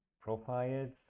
profiles